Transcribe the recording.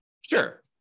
Sure